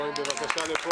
בבקשה.